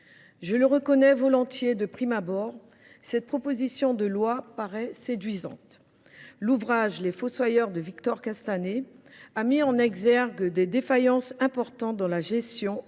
je le reconnais volontiers : de prime abord, cette proposition de loi paraît séduisante. L’ouvrage, de Victor Castanet, a mis en exergue des défaillances importantes dans la gestion et le